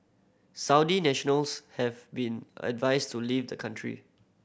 Saudi nationals have been advised to leave the country